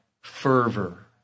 fervor